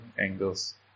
angles